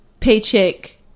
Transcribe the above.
Paycheck